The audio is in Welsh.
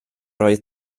oedd